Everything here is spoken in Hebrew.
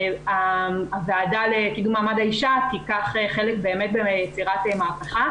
הוועדה לקידום מעמד האישה תיקח חלק ביצירת מהפכה.